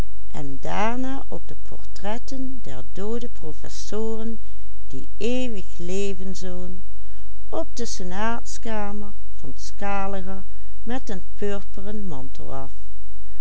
op de senaatskamer van scaliger met den purperen